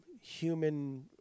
human